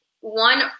one